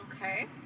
Okay